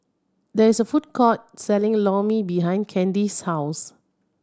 there is a food court selling Lor Mee behind Candyce's house